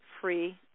free